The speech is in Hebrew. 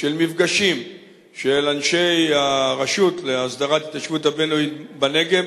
של מפגשים של אנשי הרשות להסדרת ההתיישבות הבדואית בנגב,